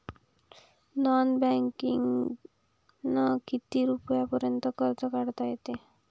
Non बँकिंगनं किती रुपयापर्यंत कर्ज काढता येते?